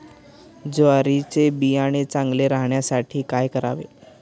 ज्वारीचे बियाणे चांगले राहण्यासाठी काय करावे?